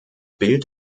bild